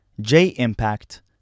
J-Impact